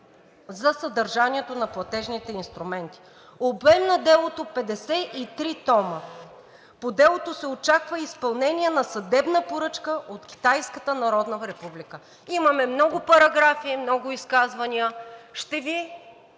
за съдържанието на платежните инструменти. Обем на делото – 53 тома. По делото се очаква изпълнение на съдебна поръчка от Китайската народна република. Имаме много параграфи и много изказвания. Ще Ви